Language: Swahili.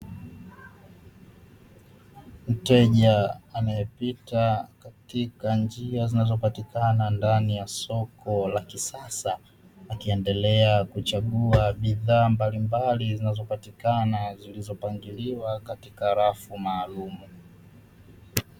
Mteja anayepita katika njia zinazopatikana ndani ya soko la kisasa, akiendelea kuchagua bidhaa mbalimbali zinazopatikana zilizopangiliwa katika rafu maalumu.